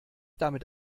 damit